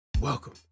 Welcome